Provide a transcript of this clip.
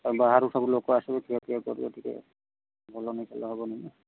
ବାହାରୁ ସବୁ ଲୋକ ଆସିବେ ଖିଆପିଆ କରିବେ ଟିକେ ଭଲ ନକଲେ ହେବନି ନାଁ